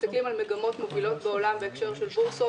מסתכלים על מגמות מובילות בעולם בהקשר של בורסות